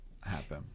happen